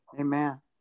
Amen